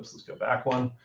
let's go back one.